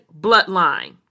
bloodline